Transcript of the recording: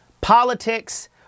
Politics